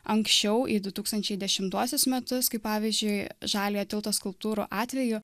anksčiau į du tūkstančiai dešimtuosius metus kai pavyzdžiui žaliojo tilto skulptūrų atveju